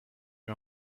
nie